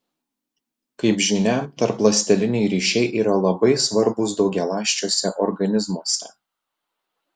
kaip žinia tarpląsteliniai ryšiai yra labai svarbūs daugialąsčiuose organizmuose